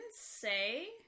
say